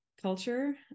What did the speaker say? culture